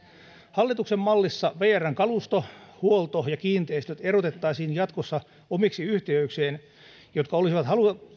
hallituksen mallissa vrn kalusto huolto ja kiinteistöt erotettaisiin jatkossa omiksi yhtiöikseen jotka olisivat